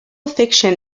fiction